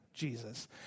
Jesus